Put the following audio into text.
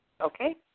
Okay